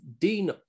Dean